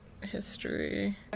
history